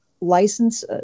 license